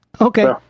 Okay